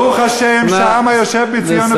ברוך השם שהעם היושב בציון,